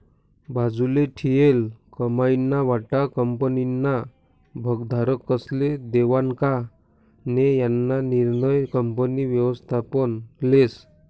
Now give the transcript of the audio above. बाजूले ठीयेल कमाईना वाटा कंपनीना भागधारकस्ले देवानं का नै याना निर्णय कंपनी व्ययस्थापन लेस